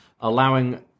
allowing